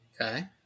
Okay